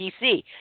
PC